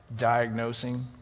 diagnosing